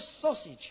sausage